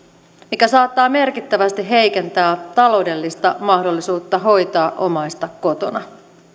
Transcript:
mikä saattaa merkittävästi heikentää taloudellista mahdollisuutta hoitaa omaista kotona